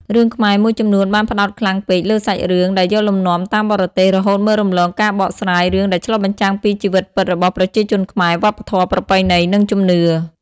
រឿងខ្មែរមួយចំនួនបានផ្តោតខ្លាំងពេកលើសាច់រឿងដែលយកលំនាំតាមបរទេស រហូតមើលរំលងការបកស្រាយរឿងដែលឆ្លុះបញ្ចាំងពី ជីវិតពិតរបស់ប្រជាជនខ្មែរ វប្បធម៌ ប្រពៃណី និងជំនឿ។